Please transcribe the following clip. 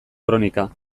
kronika